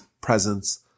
presence